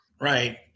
Right